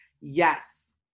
Yes